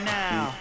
now